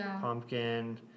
pumpkin